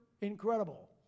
Incredible